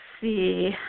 see